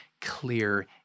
clear